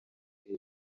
bihe